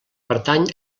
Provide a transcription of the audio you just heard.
pertany